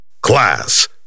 class